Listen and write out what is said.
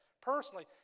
Personally